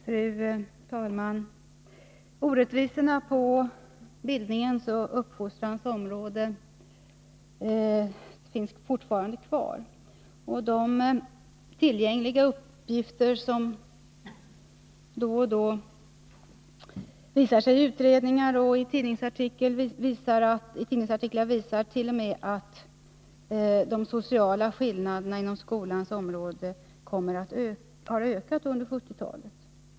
Fru talman! Orättvisorna på bildningens och uppfostrans områden finns fortfarande kvar. Tidningsartiklar och tillgängliga uppgifter i utredningar visar t.o.m. att de sociala skillnaderna inom skolans område har ökat under 1970-talet.